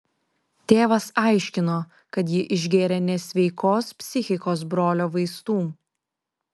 tėvas aiškino kad ji išgėrė nesveikos psichikos brolio vaistų